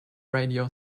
radio